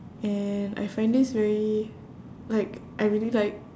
and I find this very like I really like